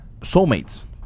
Soulmates